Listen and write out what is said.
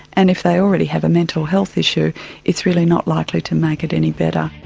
and if they already have a mental health issue it's really not likely to make it any better.